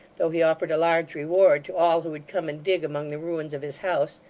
though he offered a large reward to all who would come and dig among the ruins of his house,